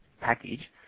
package